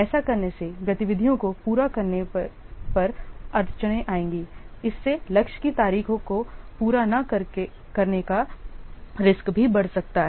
ऐसा करने से गतिविधियों को पूरा करने पर अड़चनें आएंगी इससे लक्ष्य की तारीखों को पूरा न करने का रिस्क भी बढ़ सकता है